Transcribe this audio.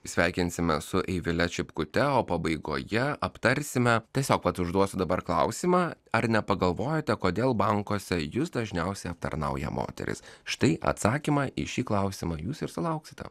sveikinsimės su eivile čipkute o pabaigoje aptarsime tiesiog vat užduosiu dabar klausimą ar nepagalvojote kodėl bankuose jus dažniausiai aptarnauja moterys štai atsakymą į šį klausimą jūs ir sulauksite